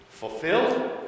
Fulfilled